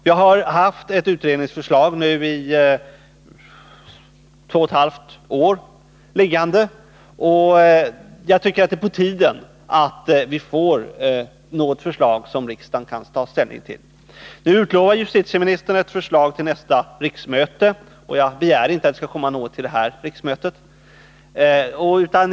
Vi har haft ett utredningsförslag liggande i två och ett halvt år, och jag tycker det är på tiden att vi får något förslag som riksdagen kan ta ställning till. Nu utlovar justitieministern ett förslag till nästa riksmöte, och jag begär inte att det skall komma något under detta riksmöte.